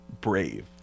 brave